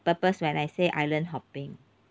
purpose when I say island hopping